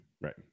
right